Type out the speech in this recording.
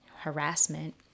harassment